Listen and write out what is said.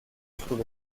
sous